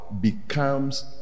becomes